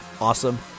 awesome